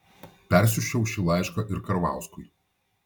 persiųsčiau šį laišką ir karvauskui